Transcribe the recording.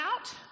out